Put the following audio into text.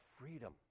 freedom